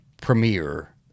premiere